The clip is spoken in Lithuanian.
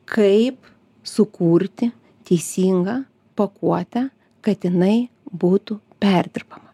kaip sukurti teisingą pakuotę kad jinai būtų perdirbama